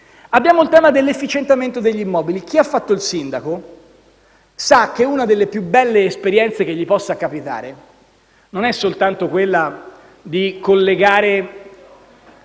Abbiamo il tema dell'efficientamento degli immobili. Chi ha fatto il sindaco sa che una delle più belle esperienze che gli possano capitare non è soltanto quella di collegare